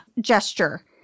Gesture